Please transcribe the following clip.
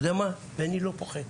אתה יודע מה, ואני לא פוחד.